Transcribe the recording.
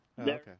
Okay